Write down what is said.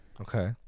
okay